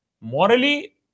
Morally